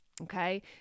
Okay